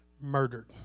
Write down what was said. murdered